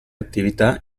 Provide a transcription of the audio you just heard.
attività